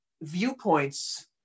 viewpoints